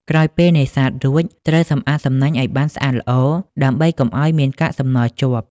ក្រោយពេលនេសាទរួច ត្រូវសម្អាតសំណាញ់ឲ្យបានស្អាតល្អ ដើម្បីកុំឲ្យមានកាកសំណល់ជាប់។